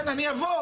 כן, אני אבוא.